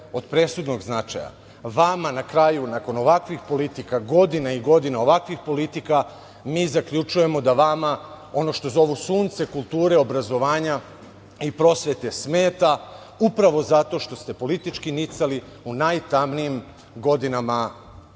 od presudnog značaja. Vama, na kraju, nakon ovakvih politika, godina i godina ovakvih politika, mi zaključujemo da vama ono što zovu sunce kulture, obrazovanja i prosvete smeta, upravo zato što ste politički nicali u najtamnijim godinama